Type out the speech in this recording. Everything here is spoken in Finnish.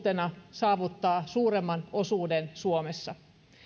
saavuttaa suuremman osuuden suomessa